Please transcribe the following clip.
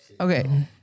Okay